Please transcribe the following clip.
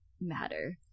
matter